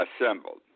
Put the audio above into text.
assembled